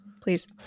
Please